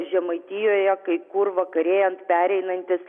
žemaitijoje kai kur vakarėjant pereinantis